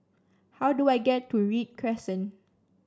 how do I get to Read Crescent